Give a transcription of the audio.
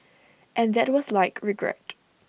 and that was like regret